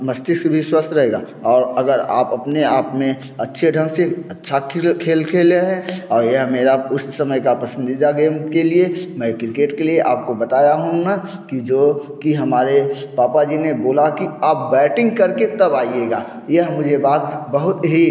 मस्तिष्क भी स्वस्थ रहेगा और अगर आप अपने आप में अच्छे ढंग से अच्छा खेल खेले है और यह मेरा उस समय का पसिंदीदा गेम के लिए मैं किर्केट के लिए आपको बताया हूँ मैं की जो की हमारे पापा जी ने बोला कि आब बैटिंग करके तब आइएगा यह मुझे बात बहुत ही